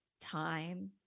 time